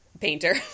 painter